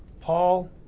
Paul